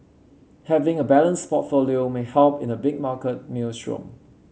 having a balanced portfolio may help in a big market maelstrom